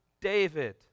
David